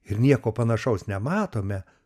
ir nieko panašaus nematome